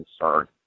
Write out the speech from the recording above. concern